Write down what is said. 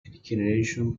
generation